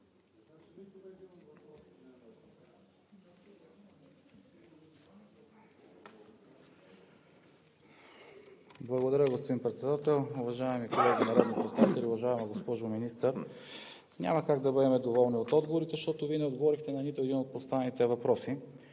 Благодаря, господин Председател. Уважаеми госпожи и господа народни представители! Уважаема госпожо Министър, няма как да бъдем доволни от отговорите, защото Вие не отговорихте на нито един от поставените въпроси.